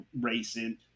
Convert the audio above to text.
racing